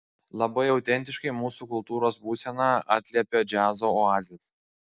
labai autentiškai mūsų kultūros būseną atliepia džiazo oazės